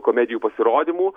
komedijų pasirodymų